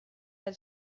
had